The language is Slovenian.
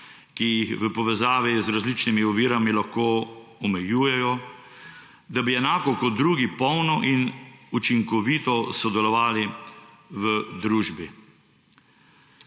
ki jih v povezavi z različnimi ovirami lahko omejujejo, da bi enako kot drugi polno in učinkovito sodelovali v družbi.«